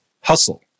Hustle